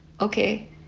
okay